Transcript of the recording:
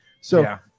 so-